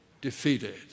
defeated